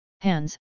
Hands